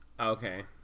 Okay